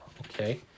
okay